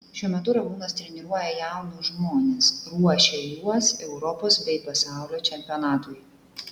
šiuo metu ramūnas treniruoja jaunus žmones ruošia juos europos bei pasaulio čempionatui